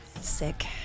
Sick